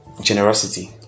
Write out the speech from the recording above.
Generosity